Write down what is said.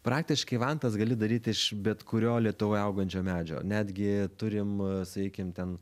praktiškai vantas gali daryti iš bet kurio lietuvoj augančio medžio netgi turim sakykim ten